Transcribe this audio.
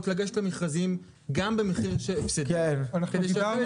לגשת למכרזים גם במחיר הפסדי כדי ---.